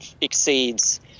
exceeds